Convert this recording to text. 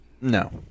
No